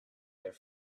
their